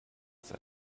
said